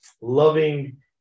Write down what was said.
loving